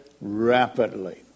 rapidly